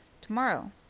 Tomorrow